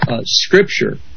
scripture